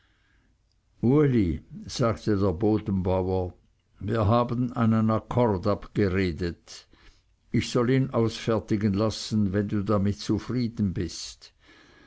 sagte der bodenbauer wir haben einen akkord abgeredet ich soll ihn ausfertigen lassen wenn du damit zufrieden bist